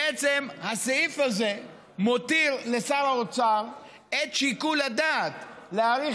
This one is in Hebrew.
בעצם הסעיף הזה מותיר לשר האוצר את שיקול הדעת להאריך